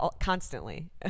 constantly